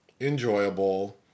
enjoyable